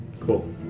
Cool